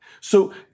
So-